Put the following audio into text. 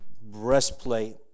breastplate